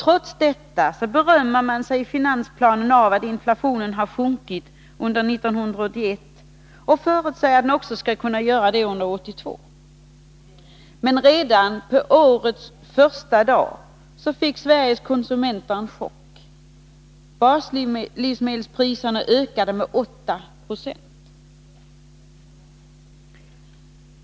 Trots detta berömmer man sig i finansplanen av att inflationen har sjunkit under 1981 och förutsäger att den också skall kunna göra det under 1982. Men redan på årets första dag fick Sveriges konsumenter en chock. Baslivsmedelspriserna ökade med 8 9.